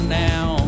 now